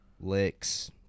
licks